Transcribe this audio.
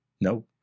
No